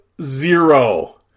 Zero